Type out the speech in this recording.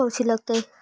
कौची लगतय?